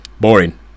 Boring